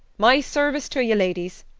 my service to ye, ladies!